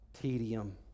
Tedium